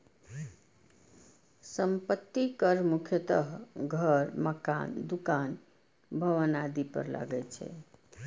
संपत्ति कर मुख्यतः घर, मकान, दुकान, भवन आदि पर लागै छै